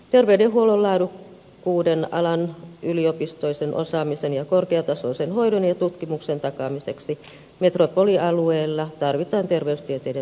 terveydenhuollon laadukkuuden alan yliopistollisen osaamisen ja korkeatasoisen hoidon ja tutkimuksen takaamiseksi metropolialueella tarvitaan terveystieteiden maisterin koulutusohjelma